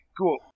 cool